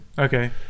okay